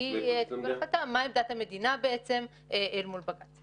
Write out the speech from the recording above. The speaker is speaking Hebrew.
והיא תקבל החלטה מה עמדת המדינה בעצם מול בג"ץ.